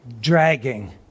dragging